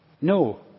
no